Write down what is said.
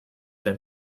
been